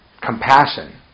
compassion